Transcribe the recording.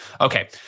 Okay